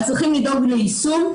אז צריכים לדאוג ליישום,